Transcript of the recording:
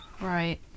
Right